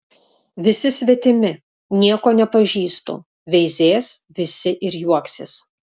visi svetimi nieko nepažįstu veizės visi ir juoksis